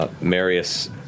Marius